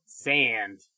sand